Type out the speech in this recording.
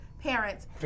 Parents